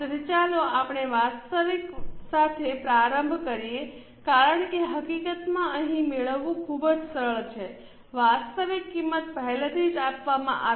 તેથી ચાલો આપણે પ્રથમ વાસ્તવિક સાથે પ્રારંભ કરીએ કારણ કે હકીકતમાં અહીં મેળવવું ખૂબ જ સરળ છે વાસ્તવિક કિંમત પહેલેથી જ આપવામાં આવી છે